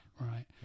right